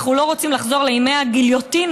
אנחנו לא רוצים לחזור לימי הגיליוטינה,